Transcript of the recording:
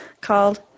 called